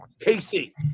Casey